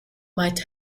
might